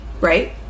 right